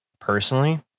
Personally